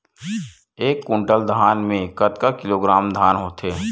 एक कुंटल धान में कतका किलोग्राम धान होथे?